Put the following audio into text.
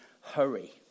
hurry